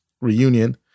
reunion